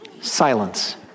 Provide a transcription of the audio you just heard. silence